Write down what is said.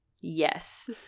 Yes